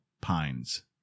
Pines